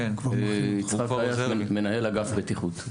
עייש, מנהל אגף בטיחות.